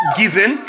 given